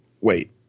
wait